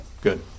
Good